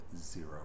zero